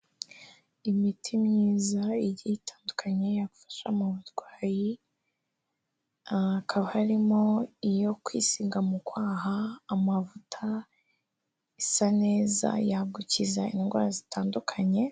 Imiti myiza igiye itandukanye yagufasha mu burwayi, hakaba harimo iyo kwisiga mu kwaha, amavuta, isa neza yagukiza indwara zitandukanye.